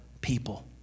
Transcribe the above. people